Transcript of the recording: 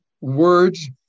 words